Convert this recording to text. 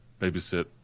babysit